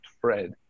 Fred